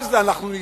אני מחכה לכם,